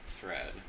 thread